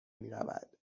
میرود